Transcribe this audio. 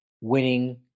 winning